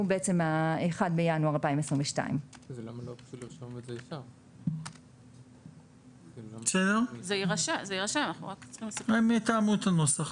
מה11 בינואר 2022. הם יתאמו את הנוסח.